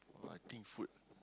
but I think food